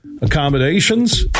accommodations